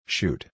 Shoot